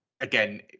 again